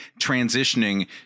Transitioning